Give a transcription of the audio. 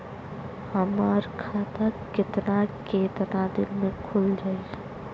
हमर खाता कितना केतना दिन में खुल जाई?